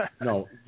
no